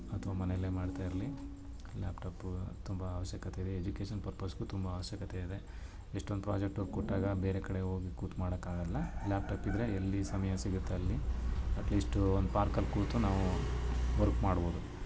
ಅಥ್ವಾ ಮನೇಯಲ್ಲೆ ಮಾಡ್ತಾ ಇರಲಿ ಲ್ಯಾಪ್ಟಾಪು ತುಂಬ ಅವಶ್ಯಕತೆ ಇದೆ ಎಜುಕೇಶನ್ ಪರ್ಪಸಿಗೂ ತುಂಬ ಅವಶ್ಯಕತೆ ಇದೆ ಎಷ್ಟೋಂದು ಪ್ರಾಜೆಕ್ಟ್ ವರ್ಕ್ ಕೊಟ್ಟಾಗ ಬೇರೆ ಕಡೆ ಹೋಗಿ ಕೂತು ಮಾಡೋಕ್ ಆಗೋಲ್ಲ ಲ್ಯಾಪ್ಟಾಪ್ ಇದ್ದರೆ ಎಲ್ಲಿ ಸಮಯ ಸಿಗುತ್ತೆ ಅಲ್ಲಿ ಅಟ್ಲೀಸ್ಟು ಒಂದು ಪಾರ್ಕಲ್ಲಿ ಕೂತು ನಾವು ವರ್ಕ್ ಮಾಡ್ಬೋದು